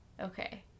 okay